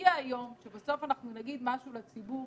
שיגיע היום שבסוף אנחנו נגיד משהו לציבור